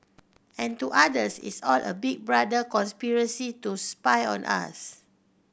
and to others it's all a Big Brother conspiracy to spy on us